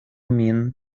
min